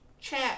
Chat